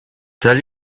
tell